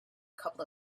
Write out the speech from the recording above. couple